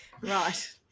Right